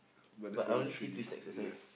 but there's only three yes